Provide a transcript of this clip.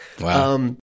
Wow